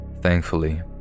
Thankfully